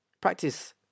Practice